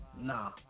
Nah